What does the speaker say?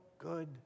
good